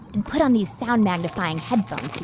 and put on these sound-magnifying headphones